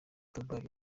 theobald